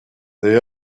they